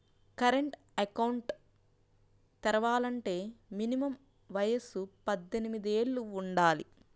current account తెరవాలంటే minimum వయసు పద్దెనిమిది యేళ్ళు వుండాలి